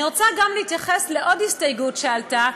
אני רוצה להתייחס לעוד הסתייגות שעלתה,